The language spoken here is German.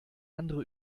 andere